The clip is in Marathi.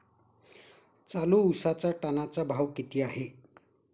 चालू उसाचा टनाचा भाव किती आहे?